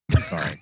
Sorry